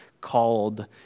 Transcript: called